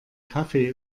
kaffee